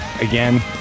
again